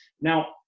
now